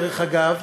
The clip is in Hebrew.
דרך אגב,